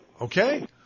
Okay